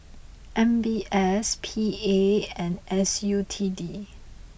M B S P A and S U T D